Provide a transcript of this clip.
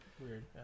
weird